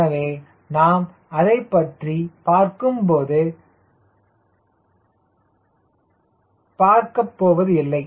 எனவே நாம் அதைப்பற்றி பார்க்கப்போவது இல்லை